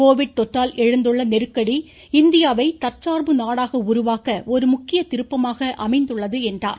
Covid தொற்றால் எழுந்துள்ள நெருக்கடி இந்தியாவை தற்சார்பு நாடாக உருவாக்க ஒரு முக்கிய திருப்பமாக அமைந்துள்ளது என்றார்